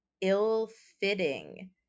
ill-fitting